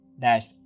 dash